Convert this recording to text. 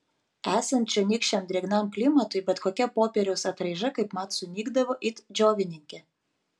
esant čionykščiam drėgnam klimatui bet kokia popieriaus atraiža kaipmat sunykdavo it džiovininkė